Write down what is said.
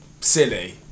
Silly